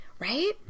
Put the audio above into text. Right